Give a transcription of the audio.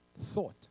thought